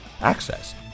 access